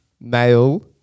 Male